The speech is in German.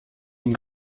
ihm